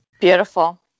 Beautiful